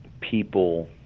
people